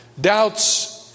Doubts